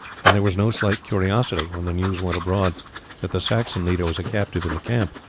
and there was no slight curiosity, when the news went abroad that the saxon leader was a captive in the camp,